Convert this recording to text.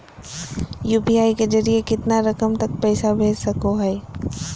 UPI के जरिए कितना रकम तक पैसा भेज सको है?